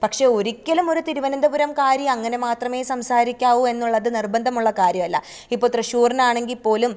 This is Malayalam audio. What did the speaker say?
പക്ഷെ ഒരിക്കലും ഒരു തിരുവനന്തപുരംകാരി അങ്ങനെ മാത്രമേ സംസാരിക്കാവൂ എന്നുള്ളത് നിര്ബന്ധമുള്ള കാര്യമല്ല ഇപ്പോൾ തൃശ്ശൂരിനാണെങ്കിൽപ്പോലും